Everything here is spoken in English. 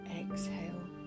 exhale